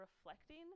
reflecting